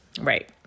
Right